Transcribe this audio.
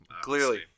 Clearly